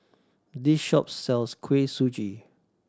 this shop sells Kuih Suji